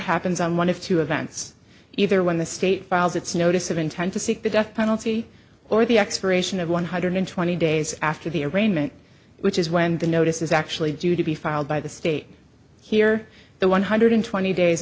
happens on one of two events either when the state files its notice of intent to seek the death penalty or the expiration of one hundred twenty days after the arraignment which is when the notice is actually due to be filed by the state here the one hundred twenty days